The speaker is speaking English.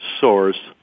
source